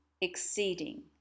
exceeding